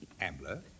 Ambler